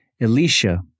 Elisha